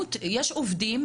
בזמינות היא לא שאין עובדים,